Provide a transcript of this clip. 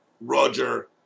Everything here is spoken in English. Roger